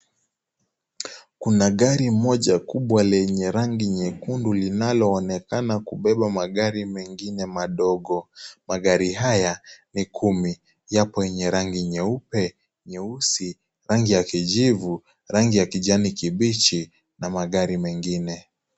Kuna gari moja kubwa lenye rangi nyekundu linaloonekana kubeba magari mengine madogo. Magari haya ni kumi. Yapo yenye rangi nyeupe, nyeusi, rangi ya kijivu, rangi ya kijani kibichi na magari mengine.